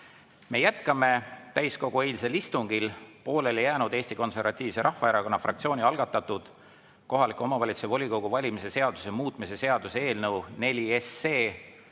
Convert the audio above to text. Me jätkame täiskogu eilsel istungil pooleli jäänud Eesti Konservatiivse Rahvaerakonna fraktsiooni algatatud kohaliku omavalitsuse volikogu valimise seaduse muutmise seaduse eelnõu nr